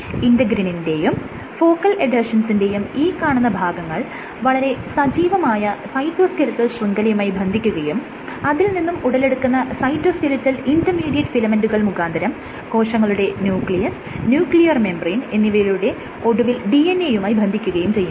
ഇന്റെഗ്രിനിന്റെയും focal എഡ്ഹെഷൻസിന്റെയും ഈ കാണുന്ന ഭാഗങ്ങൾ വളരെ സജീവമായ സൈറ്റോസ്കെലിറ്റൽ ശൃംഖലയുമായി ബന്ധിക്കുകയും അതിൽ നിന്നും ഉടലെടുക്കുന്ന സൈറ്റോസ്കെലിറ്റൽ ഇന്റർമീഡിയറ്റ് ഫിലമെന്റുകൾ മുഖാന്തരം കോശങ്ങളുടെ ന്യൂക്ലിയസ് ന്യൂക്ലിയർ മെംബ്രേയ്ൻ എന്നിവയിലൂടെ ഒടുവിൽ DNA യുമായി ബന്ധിക്കുകയും ചെയ്യുന്നു